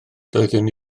doeddwn